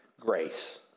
grace